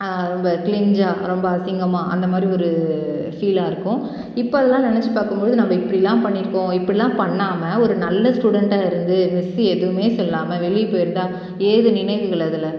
கிளிஞ்சாக ரொம்ப அசிங்கமாக அந்தமாதிரி ஒரு ஃபீலாயிருக்கும் இப்போ அதெலாம் நினைச்சி பார்க்கும்பொழுது நாம் இப்படிலாம் பண்ணியிருக்கோம் இப்படிலாம் பண்ணாமல் ஒரு நல்ல ஸ்டூடண்ட்டாக இருந்து மிஸ்ஸு எதுவுமே சொல்லாமல் வெளியே போயிருந்தால் ஏது நினைவுகள் அதில்